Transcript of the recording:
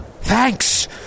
Thanks